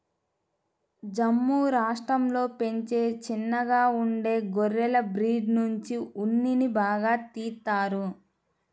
జమ్ము రాష్టంలో పెంచే చిన్నగా ఉండే గొర్రెల బ్రీడ్ నుంచి ఉన్నిని బాగా తీత్తారు